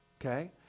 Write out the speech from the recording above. Okay